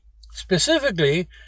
Specifically